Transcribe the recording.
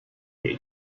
jay